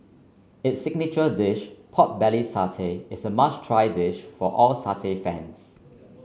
its signature dish pork belly satay is a must try dish for all satay fans